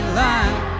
line